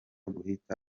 guhita